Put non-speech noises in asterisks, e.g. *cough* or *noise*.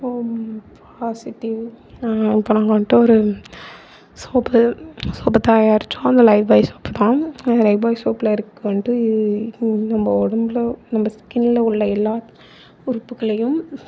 இப்போது பாசிட்டிவ் *unintelligible* வந்துட்டு ஒரு சோப்பு சோப்பு தயாரித்தோம் அந்த லைப்பாய் சோப்பு தான் அந்த லைப்பாய் சோப்பில் இருக்குன்ட்டு *unintelligible* நம்ம உடம்புல நம்ம ஸ்கின்னில் உள்ள எல்லா உறுப்புகளையும்